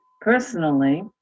Personally